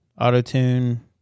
Auto-Tune